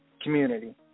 community